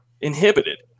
inhibited